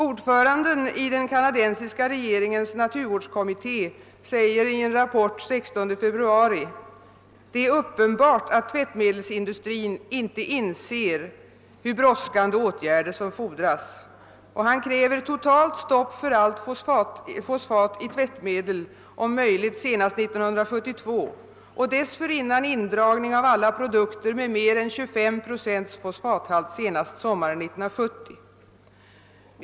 Ordföranden i den kanadensiska regeringens naturvårdskommitté skriver i en rapport av den 16 februari följande: »Det är uppenbart att tvättmedelsindustrin inte inser hur brådskande åtgärder som fordras.« Han kräver totalt stopp för allt fosfat i tvättmedel, om möjligt senast 1972, och dessförinnan indragning av alla produkter med mer än 25 procent fosfathalt senast sommaren 1970.